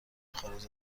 خارج